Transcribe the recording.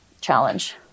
challenge